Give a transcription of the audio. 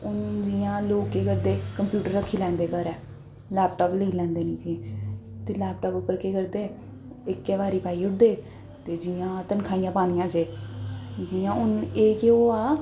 हून जि'यां लोग केह् करदे कंप्यूटर रक्खी लैंदे घरै लैपटाप लेई लैंदे नेईं ते लैपटाप उप्पर केह् करदे इक्कै बारी पाई ओड़दे ते जि'यां तन्खाहियां पानियां जे जि'यां हून एह् केह् होआ दा